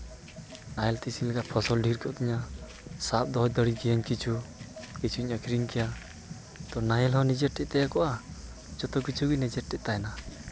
ᱱᱟᱦᱮᱞ ᱛᱮ ᱥᱤ ᱞᱮᱠᱷᱟᱱ ᱯᱷᱚᱥᱚᱞ ᱰᱷᱮᱨ ᱠᱚᱜ ᱛᱤᱧᱟᱹ ᱥᱟᱵ ᱫᱚᱦᱚ ᱫᱟᱲᱮ ᱠᱮᱭᱟᱧ ᱠᱤᱪᱷᱩ ᱠᱤᱪᱷᱩᱧ ᱟᱹᱠᱷᱨᱤᱧ ᱠᱮᱭᱟ ᱛᱳ ᱱᱟᱦᱮᱞ ᱦᱚᱸ ᱱᱤᱡᱮ ᱴᱷᱮᱱ ᱛᱟᱦᱮᱸ ᱠᱚᱜᱼᱟ ᱡᱚᱛᱚ ᱠᱤᱪᱷᱩ ᱜᱮ ᱱᱤᱡᱮ ᱴᱷᱮᱱ ᱛᱟᱦᱮᱱᱟ